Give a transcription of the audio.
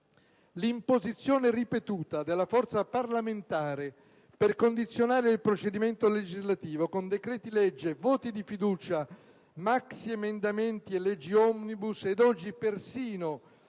L'imposizione ripetuta della forza parlamentare per condizionare il procedimento legislativo con decreti-legge, voti di fiducia, maxiemendamenti, leggi *omnibus* ed oggi persino